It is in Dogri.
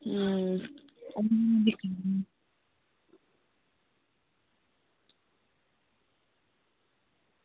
अं